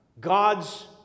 God's